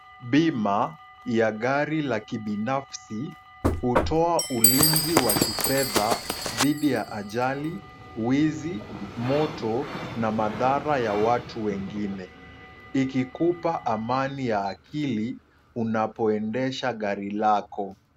Bima ya gari la kibinafsi, hutoa ulinzi wa kifedha dhidi ya ajali, wizi, moto na madhara ya watu wengine, ikikupa amani ya akili, unapoendesha gari lako.